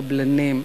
קבלנים,